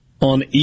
On